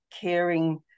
caring